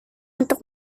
untuk